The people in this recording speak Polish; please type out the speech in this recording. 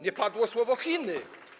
Nie padło słowo: Chiny.